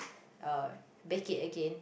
uh bake it again